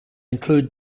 include